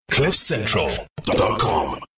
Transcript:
cliffcentral.com